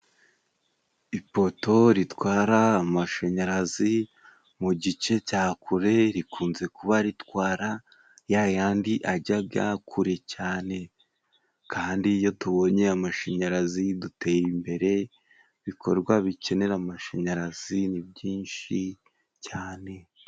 Ipoto ritwara amashanyarazi mu gice cya kure，rikunze kuba ritwara ya yandi ajyaga kure cyane，kandi iyo tubonye amashanyarazi dutera imbere， ibikorwa bikenera amashanyarazi ni byinshi cyane.